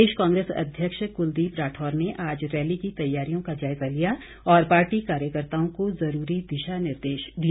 प्रदेश कांग्रेस अध्यक्ष कुलदीप राठौर ने आज रैली की तैयारियों का जायज़ा लिया और पार्टी कार्यकर्ताओं को ज़रूरी दिशा निर्देश दिए